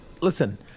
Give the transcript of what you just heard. listen